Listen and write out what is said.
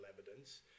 evidence